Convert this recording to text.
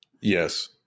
Yes